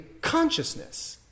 consciousness